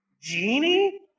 Genie